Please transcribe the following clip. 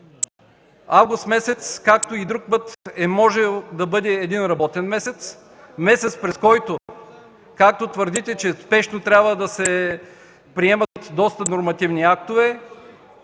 Август месец, както и друг път, можеше да бъде един работен месец – месец, през който, както твърдите, че спешно трябва да се приемат доста нормативни актове,